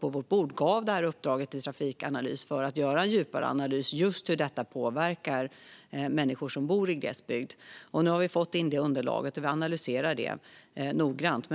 på vårt bord gav uppdraget till Trafikanalys att göra en djupare analys av just hur detta påverkar människor som bor i glesbygd. Nu har vi fått in det underlaget, och vi analyserar det noggrant.